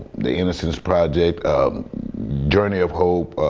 the innocence project journey of hope,